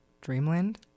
Dreamland